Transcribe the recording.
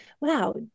wow